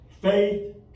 faith